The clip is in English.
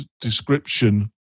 description